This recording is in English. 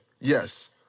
Yes